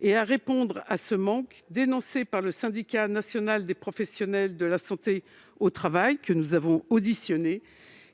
Il tend également à répondre à un manque dénoncé par le syndicat national des professionnels de la santé au travail, dont nous avons auditionné